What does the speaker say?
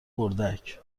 اردک